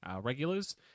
regulars